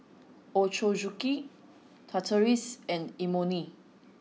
Ochazuke Tortillas and Imoni